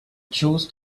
chose